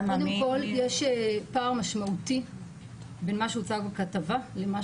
קודם כל יש פער משמעותי בין מה שהוצג בכתבה לבין מה